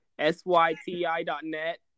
Syti.net